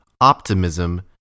optimism